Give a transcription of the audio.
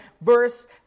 verse